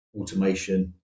automation